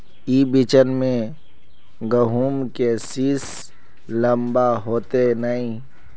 ई बिचन में गहुम के सीस लम्बा होते नय?